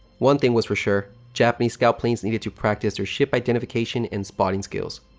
one thing was for sure, japanese scout planes needed to practice their ship identification and spotting skills.